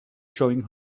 showing